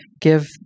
give